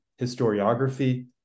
historiography